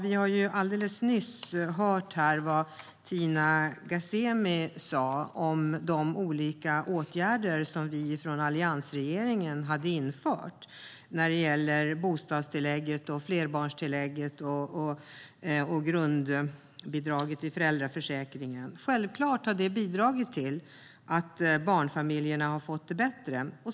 Vi har hört Tina Ghasemi berätta om de olika åtgärder som alliansregeringen införde - bostadstillägget, flerbarnstillägget och grundbidraget till föräldraförsäkringen. Självklart har det bidragit till att barnfamiljerna fått det bättre.